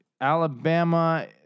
Alabama